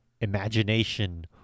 imagination